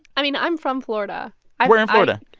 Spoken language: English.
i mean, i'm from florida where in florida?